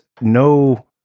no